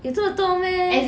有这么多 meh